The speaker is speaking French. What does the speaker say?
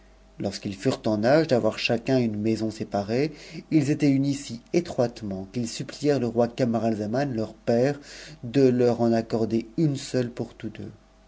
lorsqu'ils furent en âge d'avoir chacun une maison séparcc ils étaient unis si étroitement qu'ils supplièrent le roi camaralzaman pur père de leur en accorder une seule pour tous deux